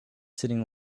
sitting